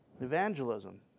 evangelism